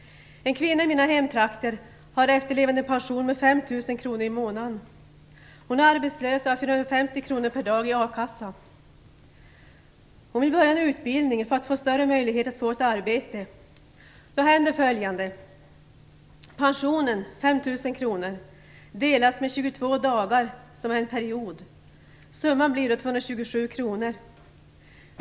En kvinna i mina hemtrakter har en efterlevandepension om 5 000 kr i månaden. Hon är arbetslös och har 450 kr per dag i a-kassa. Den här kvinnan vill börja på en utbildning för att ha större möjligheter att få ett arbete, men då händer följande. Pensionen, 5 000 kr, delas med 22 dagar, dvs. en period. Summan blir då 227 kr.